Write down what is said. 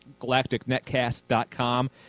galacticnetcast.com